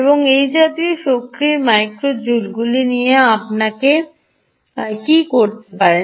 এবং এই জাতীয় শক্তির মাইক্রো জোলগুলি দিয়ে আপনি কী করতে পারেন